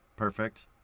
perfect